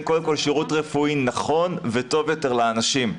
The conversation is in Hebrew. קודם כל שירות רפואי נכון וטוב יותר לאנשים,